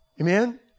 Amen